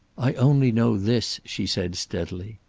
i only know this, she said steadily.